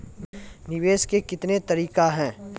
निवेश के कितने तरीका हैं?